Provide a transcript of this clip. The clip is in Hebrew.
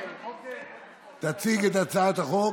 תציג שרת הפנים